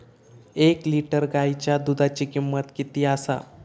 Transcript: एक लिटर गायीच्या दुधाची किमंत किती आसा?